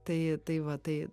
tai tai va tai